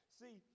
see